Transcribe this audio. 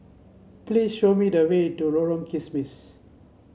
please show me the way to Lorong Kismis